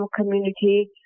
community